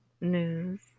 news